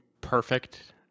perfect